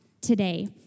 today